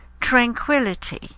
tranquility